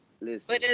listen